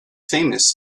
famous